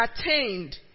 attained